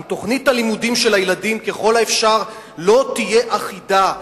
אם תוכנית הלימודים של הילדים לא תהיה אחידה,